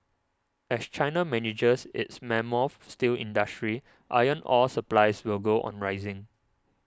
as China manages its mammoth steel industry iron ore supplies will go on rising